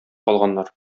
калганнар